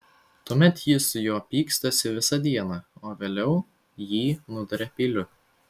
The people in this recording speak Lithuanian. tuomet ji su juo pykstasi visą dieną o vėliau jį nuduria peiliu